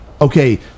Okay